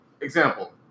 Example